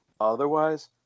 otherwise